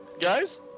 guys